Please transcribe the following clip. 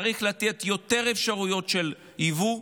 צריך לתת יותר אפשרויות של יבוא,